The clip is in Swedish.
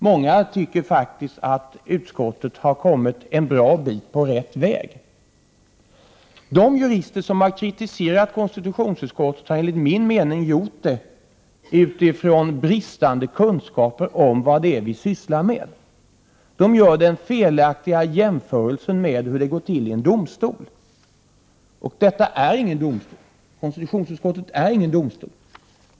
Många tycker att utskottet har kommit en bra bit på rätt väg. De jurister som har kritiserat konstitutionsutskottet har enligt min mening gjort det utifrån bristande kunskaper om vad det är vi sysslar med. De gör den felaktiga jämförelsen med hur det går till i en domstol. Men konstitutionsutskottet är inte någon domstol.